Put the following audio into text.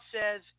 says